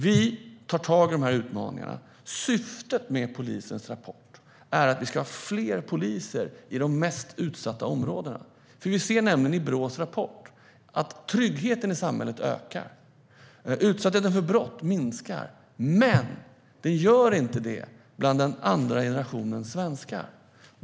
Vi tar tag i de här utmaningarna. Syftet med polisens rapport är att vi ska ha fler poliser i de mest utsatta områdena. Vi ser i Brås rapport att tryggheten i samhället ökar och att utsattheten för brott minskar, men inte bland den andra generationens svenskar.